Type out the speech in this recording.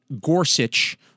Gorsuch